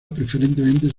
preferentemente